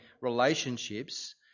relationships